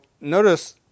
notice